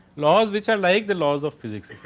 laws which have like the laws of physics.